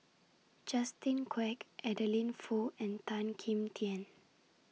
Justin Quek Adeline Foo and Tan Kim Tian